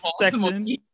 section